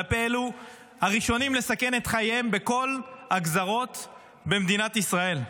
כלפי אלו הראשונים לסכן את חייהם בכל הגזרות במדינת ישראל.